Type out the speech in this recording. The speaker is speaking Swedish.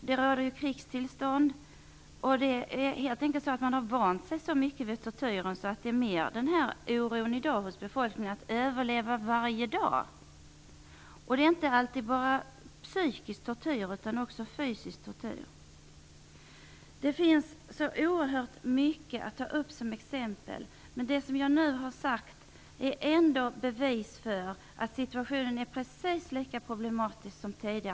Det råder ju krigstillstånd, och man har helt enkelt vant sig så mycket vid tortyren att oron i dag mer gäller att överleva varje dag. Det förekommer inte alltid bara psykisk tortyr, utan också fysisk tortyr. Det finns så oerhört mycket att ta upp som exempel, men det jag nu har sagt är ändå bevis för att situationen är precis lika problematisk som tidigare.